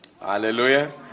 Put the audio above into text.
Hallelujah